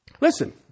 Listen